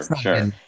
Sure